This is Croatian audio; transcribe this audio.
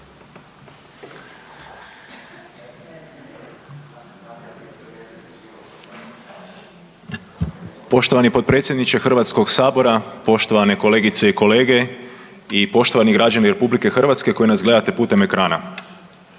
Poštovani potpredsjedniče HS-a, poštovane kolegice i kolege i poštovani građani RH koji nas gledate putem ekrana.